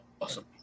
awesome